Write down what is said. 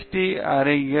D Arignar